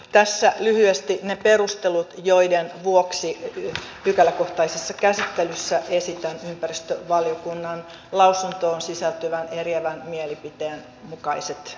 tässä lyhyesti ne perustelut joiden vuoksi pykäläkohtaisessa käsittelyssä esitän ympäristövaliokunnan lausuntoon sisältyvän eriävän mielipiteen mukaiset esitykset